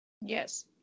Yes